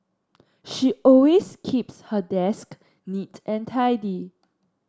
she always keeps her desk neat and tidy